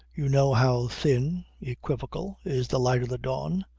you know how thin, equivocal, is the light of the dawn.